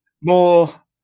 more